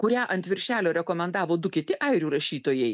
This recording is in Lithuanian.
kurią ant viršelio rekomendavo du kiti airių rašytojai